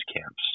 camps